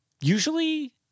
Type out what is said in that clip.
Usually